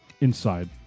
inside